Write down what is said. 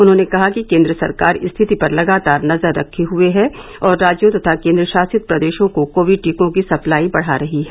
उन्होंने कहा कि केन्द्र सरकार स्थिति पर लगातार नजर रखे हुए है और राज्यों तथा केन्द्र शासितप्रदेशों को कोविड टीकों की सप्लाई बढ़ा रही है